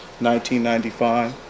1995